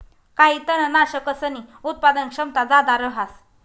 काही तननाशकसनी उत्पादन क्षमता जादा रहास